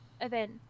event